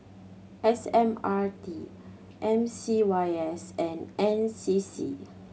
S M R T M C Y S and N C C